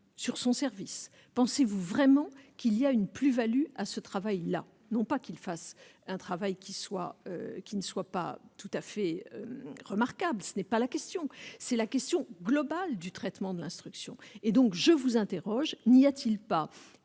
sur son service, pensez-vous vraiment qu'il y a une plus-Value à ce travail-là, non pas qu'il fasse un travail qui soit qui ne soit pas tout à fait remarquables, ce n'est pas la question, c'est la question globale du traitement de l'instruction et donc je vous interroge : n'y a-t-il pas